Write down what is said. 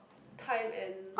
time and